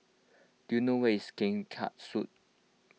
do you know where's Keng Kiat Street